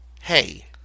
hey